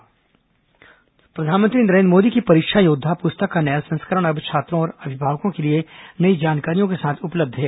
प्रधानमंत्री परीक्षा योद्वा प्रधानमंत्री नरेंद्र मोदी की परीक्षा योद्वा पुस्तक का नया संस्करण अब छात्रों और अभिभावकों के लिए नई जानकारियों के साथ उपलब्ध है